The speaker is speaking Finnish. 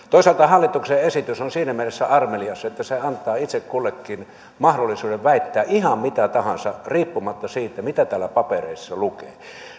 toisaalta hallituksen esitys on siinä mielessä armelias että se antaa itse kullekin mahdollisuuden väittää ihan mitä tahansa riippumatta siitä mitä täällä papereissa lukee